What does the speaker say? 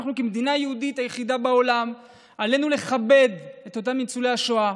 כמדינה היהודית היחידה בעולם עלינו לכבד את אותם ניצולי השואה.